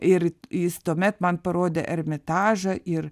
ir jis tuomet man parodė ermitažą ir